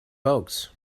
folks